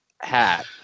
hat